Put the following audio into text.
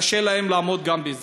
קשה להם לעמוד גם בזה.